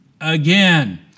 again